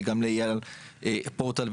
לאייל פורטל,